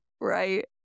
Right